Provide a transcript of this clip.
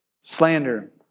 slander